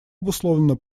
обусловлена